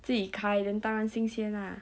自己开 then 当然新鲜 ah